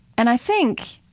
and i think,